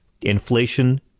Inflation